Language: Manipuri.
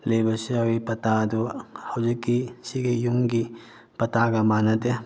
ꯂꯩꯕꯁꯨ ꯌꯥꯎꯏ ꯄꯇꯥꯗꯨ ꯍꯧꯖꯤꯛꯀꯤ ꯑꯁꯤꯒꯤ ꯌꯨꯝꯒꯤ ꯄꯇꯥꯒ ꯃꯥꯟꯅꯗꯦ